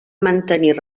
mantenir